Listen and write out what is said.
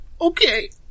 okay